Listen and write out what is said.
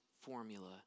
formula